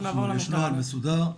יש נוהל מסודר,